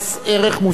נא להצביע.